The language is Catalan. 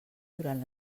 durant